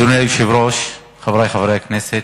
אדוני היושב-ראש, חברי חברי הכנסת,